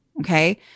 Okay